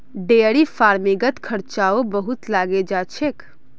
dairy फ़ार्मिंगत खर्चाओ बहुत लागे जा छेक